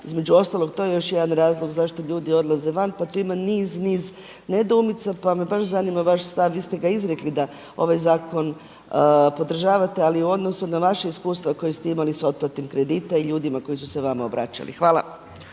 između ostalog to je još jedan razlog zašto ljudi odlaze van, pa tu ima niz, niz nedoumica pa me baš zanima vaš stav, vi ste ga izrekli da ovaj zakon podržavate ali u odnosu na vaša iskustva koju ste imali sa otplatom kredita i ljudima koji su se vama obračali. Hvala.